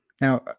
Now